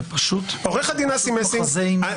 זה פשוט מחזה אימים.